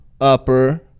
upper